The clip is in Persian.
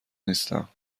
نیستم